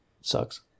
Sucks